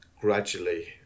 gradually